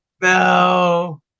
No